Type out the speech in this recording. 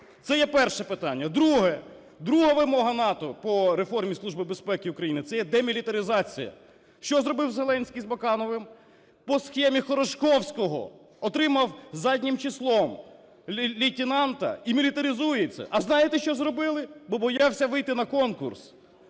Це є перше питання. Друге. Друга вимога НАТО по реформі Служби безпеки України – це демілітаризація. Що зробив Зеленський з Бакановим? По схемі Хорошковського отримав заднім числом лейтенанта і мілітаризується. А знаєте, що зробили? Бо боявся вийти на конкурс,